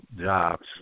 jobs